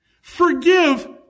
Forgive